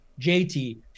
JT